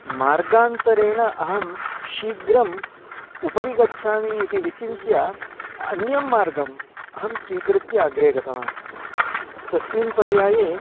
मार्गान्तरेण अहं शीघ्रम् उपरि गच्छामि इति विचिन्त्य अन्यं मार्गम् अहं स्वीकृत्य अग्रे गतवान् तस्मिन् पर्याये